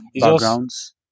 backgrounds